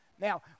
Now